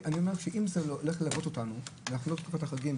שאם זה הולך ללוות אותנו בתקופת החגים,